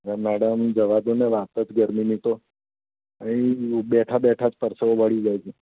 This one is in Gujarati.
અરે મેડમ જવા દો ને વાત જ ગરમીની તો અહીં બેઠા બેઠા જ પરસેવો વળી જાય છે